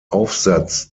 aufsatz